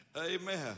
Amen